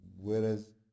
whereas